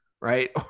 Right